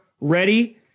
ready